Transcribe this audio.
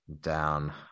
down